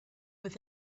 with